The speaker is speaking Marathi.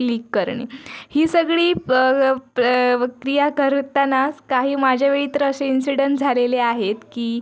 क्लिक करणे ही सगळी प्रक्रिया करतानाच काही माझ्यावेळी तर असे इंसिडंट्स झालेले आहेत की